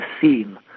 seen